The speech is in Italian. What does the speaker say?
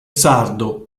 sardo